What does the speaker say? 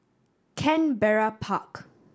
Canberra Park